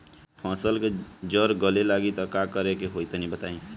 फसल के जड़ गले लागि त का करेके होई तनि बताई?